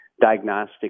diagnostic